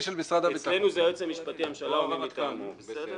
ומשרד האוצר את מי רוצים --- הממונה על תקציבים או מי מטעמו.